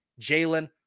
Jalen